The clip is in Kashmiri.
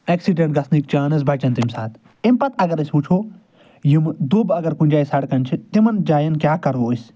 اٮ۪کسِڈٮ۪نٛٹ گژھنٕکۍ چانٕس بَچَن تَمہِ ساتہٕ اَمہِ پتہِ اگر أسۍ وٕچھو یِمہٕ دوٚب اگر کُنۍ جاے سڑکَن چھِ تِمَن جایَن کیٛاہ کَرو أسۍ